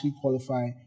qualify